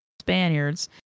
Spaniards